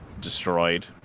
destroyed